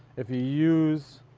if you use